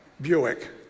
Buick